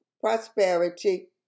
prosperity